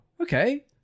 okay